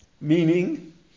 Meaning